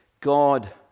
God